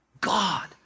God